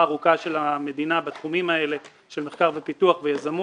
הארוכה של המדינה בתחומים האלה של מחקר ופיתוח ויזמות,